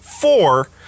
four